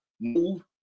move